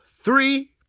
three